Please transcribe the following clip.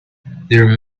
there